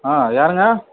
ஆ யாருங்க